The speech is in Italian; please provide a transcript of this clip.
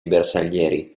bersaglieri